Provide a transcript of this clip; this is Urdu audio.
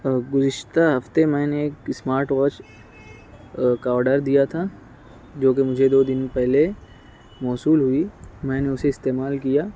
گزشتہ ہفتے میں نے ایک اسمارٹ واچ کا آرڈر دیا تھا جوکہ مجھے دو دن پہلے موصول ہوئی میں نے اسے استعمال کیا